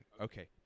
Okay